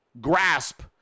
grasp